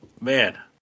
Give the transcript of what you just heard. Man